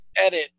edit